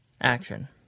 Action